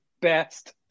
best